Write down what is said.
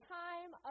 time